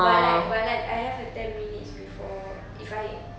but like but like I have a ten minutes before if I